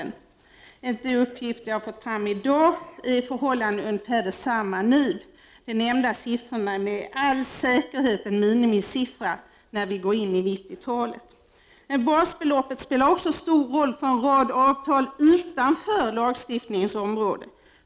Enligt de uppgifter som jag har fått fram i dag är förhållandena ungefär desamma nu. De nämnda siffrorna är med all säkerhet en minimisiffra när vi går in i 90-talet. Men basbeloppet spelar också stor roll för en rad avtal utanför lagstiftningens område.